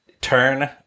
turn